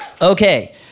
Okay